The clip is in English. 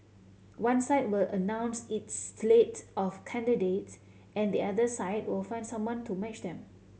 one side will announce its slate of candidates and the other side will find someone to match them